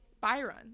Byron